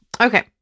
Okay